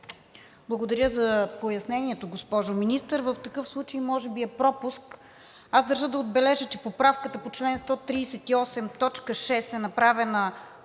Благодаря за пояснението, госпожо Министър. В такъв случай може би е пропуск. Аз държа да отбележа, че поправката по чл. 138, т. 6 е направена